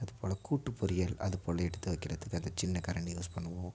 அதுப்போல் கூட்டு பொரியல் அதுப்போல் எடுத்து வைக்கிறத்துக்கு அந்த சின்ன கரண்டி யூஸ் பண்ணுவோம்